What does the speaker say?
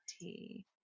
tea